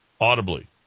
Audibly